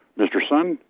mr. sun,